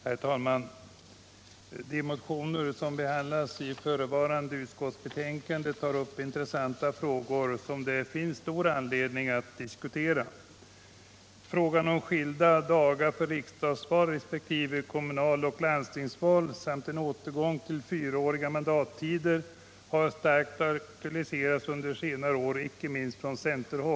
Herr talman! De motioner som behandlas i förevarande utskottsbetänkande tar upp intressanta frågor, som det finns stor anledning att diskutera. Frågan om skilda dagar för riksdagsval resp. kommunaloch landstingsval samt en återgång till fyraåriga mandattider har starkt akutaliserats under senare år, inte minst från centern.